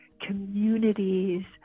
communities